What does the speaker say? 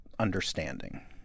Understanding